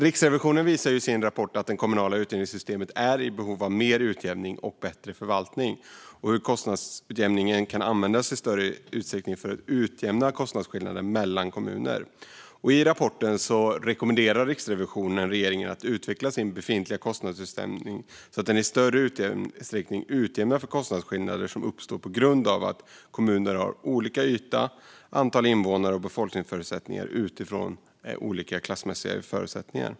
Riksrevisionen visar i sin rapport att det kommunala utjämningssystemet är i behov av mer utjämning och bättre förvaltning och även hur kostnadsutjämningen kan användas i större utsträckning för att utjämna kostnadsskillnader mellan kommuner. I rapporten rekommenderar Riksrevisionen regeringen att utveckla sin befintliga kostnadsutjämning så att den i större utsträckning utjämnar för kostnadsskillnader som uppstår på grund av att kommuner har olika yta, antal invånare och befolkningsförutsättningar och utgår från olika klassmässiga förutsättningar.